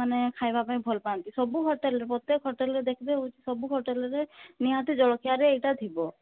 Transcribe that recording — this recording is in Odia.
ମାନେ ଖାଇବା ପାଇଁ ଭଲ ପାଆନ୍ତି ସବୁ ହୋଟେଲ୍ରେ ପ୍ରତ୍ୟେକ ହୋଟେଲ୍ରେ ଦେଖିବେ ହେଉଛୁ ସବୁ ହୋଟେଲ୍ରେ ନିହାତି ଜଳଖିଆରେ ଏଇଟା ଥିବ